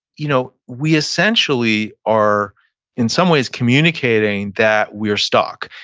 you know we essentially are in some ways communicating that we are stuck.